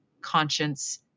conscience